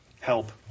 help